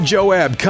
Joab